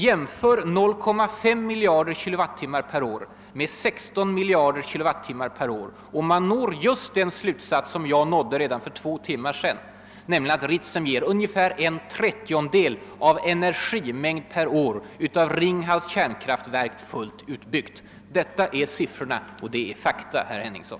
Vid en jämförelse mellan dessa siffror kommer man fram till samma slutsats som den jag redovisade redan för två timmar sedan; att Ritsem årligen ger ungefär en 1/30-del av den energimängd, som Ringhalsverket ger fullt utbyggt. Detta är fakta, herr Henningsson.